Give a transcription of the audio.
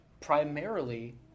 primarily